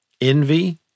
envy